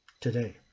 today